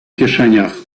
kieszeniach